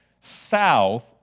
south